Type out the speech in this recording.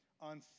on